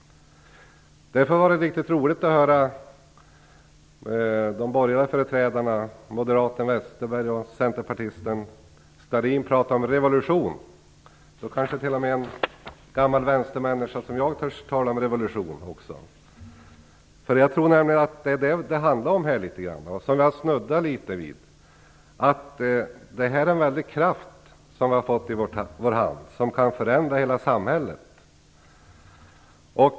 Därför var det riktigt roligt att höra de borgerliga företrädarna - moderaten Westerberg och centerpartisten Starrin - prata om revolution. Då kanske t.o.m. en gammal vänstermänniska som jag också törs tala om revolution. Jag tror nämligen att det handlar litet grand om det. Vi har snuddat litet vid, att detta är en väldig kraft som vi har fått i vår hand som kan förändra hela samhället.